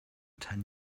ten